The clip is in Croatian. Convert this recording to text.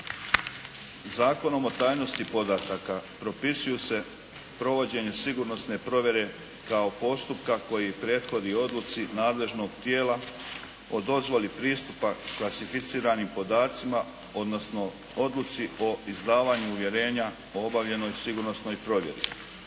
Zakonom o tajnosti podataka propisuju se provođenje sigurnosne provjere kao postupka koji prethodi odluci nadležnog tijela o dozvoli pristupa klasificiranim podacima odnosno odluci o izdavanju uvjerenja o obavljenoj sigurnosnoj provjeri.